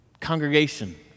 congregation